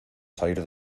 salir